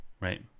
Right